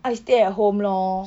I stay at home lor